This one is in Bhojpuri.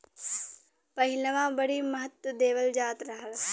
पहिलवां बड़ी महत्त्व देवल जात रहल